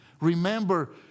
Remember